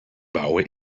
bouwen